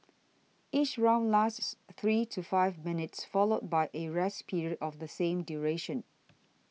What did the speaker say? each round lasts three to five minutes followed by a rest period of the same duration